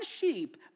sheep